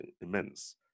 immense